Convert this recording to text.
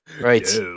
Right